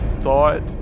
thought